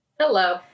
Hello